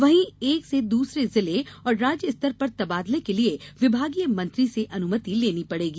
वहीं एक से दूसरे जिले और राज्य स्तर पर तबादलें के लिए विभागीय मंत्री से अनुमति लेनी पड़ेगी